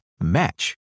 match